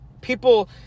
people